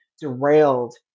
derailed